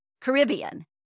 Caribbean